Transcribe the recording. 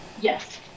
Yes